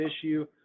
issue